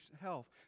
health